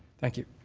thank you.